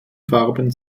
farben